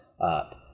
up